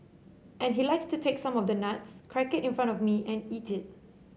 and he likes to take some of the nuts crack it in front of me and eat it